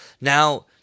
Now